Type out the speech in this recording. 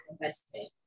investment